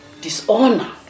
dishonor